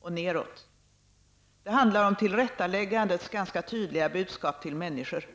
och neråt. Det handlar om tillrättaläggandets ganska tydliga budskap till människor.